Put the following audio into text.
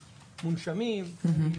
מונשמים,